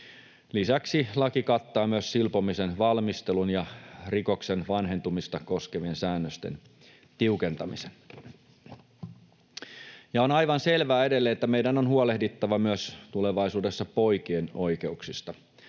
Lisäksi laki kattaa myös silpomisen valmistelun ja rikoksen vanhentumista koskevien säännösten tiukentamisen. Ja on aivan selvää edelleen, että meidän on huolehdittava tulevaisuudessa myös poikien oikeuksista.